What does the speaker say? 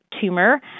tumor